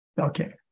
Okay